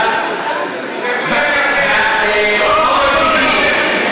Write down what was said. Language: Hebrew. זה כולל את ירדן?